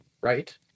right